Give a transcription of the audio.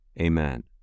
Amen